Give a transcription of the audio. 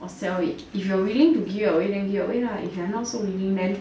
or sell it if you are willing to give away then give away lah if you're not so willing then